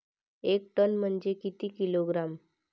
एक टन म्हनजे किती किलोग्रॅम?